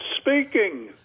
speaking